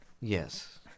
Yes